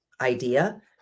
idea